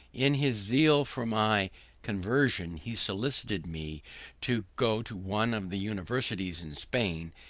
in his zeal for my conversion, he solicited me to go to one of the universities in spain,